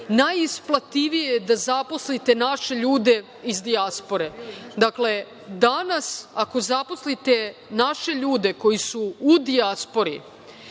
najisplativije da zaposlite naše ljude iz dijaspore. Danas, ako zaposlite naše ljude koji su u dijaspori